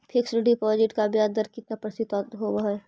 Fix deposit का ब्याज दर कितना प्रतिशत होब है?